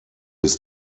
ist